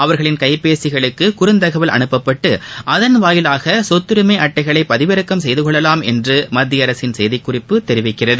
அவர்களின் கைப்பேசிகளுக்கு குறுந்தகவல் அனுப்பப்பட்டு அதன் வாயிலாக சொத்தரிமை அட்டைகளை பதிவிறக்கம் செய்து கொள்ளலாம் என்று மத்திய அரசின் செய்திக்குறிப்பு தெரிவிக்கிறது